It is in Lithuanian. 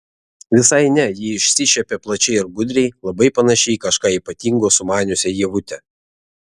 visai ne ji išsišiepė plačiai ir gudriai labai panašiai į kažką ypatingo sumaniusią ievutę